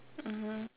mmhmm